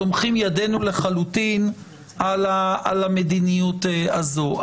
סומכים ידנו לחלוטין על המדיניות הזו,